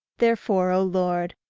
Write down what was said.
therefore, o lord,